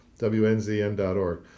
WNZN.org